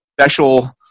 special